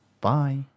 Bye